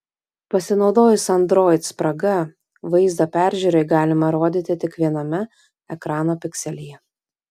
pasinaudojus android spraga vaizdą peržiūrai galima rodyti tik viename ekrano pikselyje